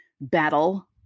battle